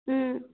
ꯎꯝ